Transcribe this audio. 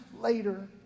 later